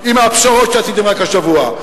עם הפשרות שעשיתם רק השבוע.